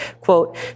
quote